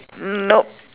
nope